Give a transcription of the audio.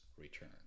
return